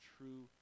true